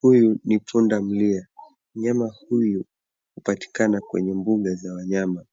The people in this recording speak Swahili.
Huyu ni punda milia. Mnyama huyu hupatikana kwenye mbuga za wanyama.